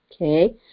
Okay